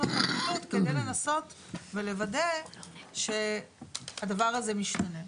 הפרקליטות כדי לנסות ולוודא שהדבר הזה משתנה.